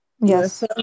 Yes